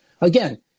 again